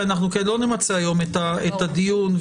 לא נמצה היום את הדיון.